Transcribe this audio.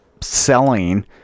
selling